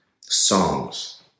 songs